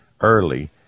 early